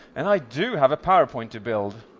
and i do have a powerpoint to build